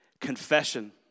confession